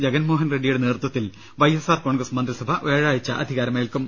ജഗൻമോഹൻ റെഡ്നിയുടെ നേതൃത്വത്തിൽ Y S R Congress മന്ത്രി സഭ വ്യാഴാഴ്ച അധികാരമേൽക്കും